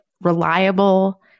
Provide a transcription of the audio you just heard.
reliable